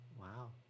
Wow